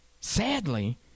sadly